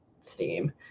Steam